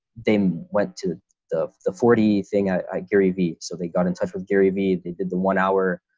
then went to the the forty thing i gary vee, so they got in touch with gary vee. they did the one hour